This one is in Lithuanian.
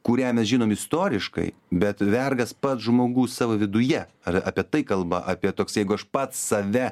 kurią mes žinom istoriškai bet vergas pats žmogus savo viduje ar apie tai kalba apie toks jeigu aš pats save